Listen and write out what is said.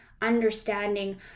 understanding